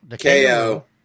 KO